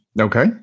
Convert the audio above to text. Okay